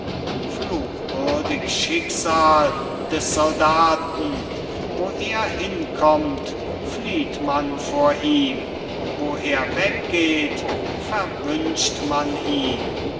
fluchwürdig schicksal des soldaten wo er hinkommt flieht man vor ihm wo er weggeht verwünscht man ihn